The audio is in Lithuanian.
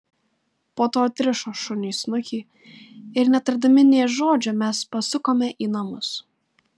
po to atrišo šuniui snukį ir netardami nė žodžio mes pasukome į namus